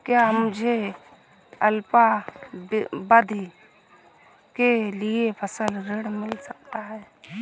क्या मुझे अल्पावधि के लिए फसल ऋण मिल सकता है?